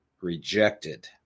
rejected